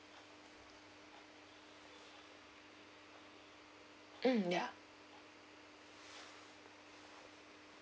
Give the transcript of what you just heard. mm yeah